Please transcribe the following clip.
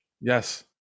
yes